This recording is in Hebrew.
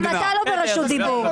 גם אתה לא ברשות דיבור.